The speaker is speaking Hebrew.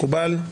מקובל?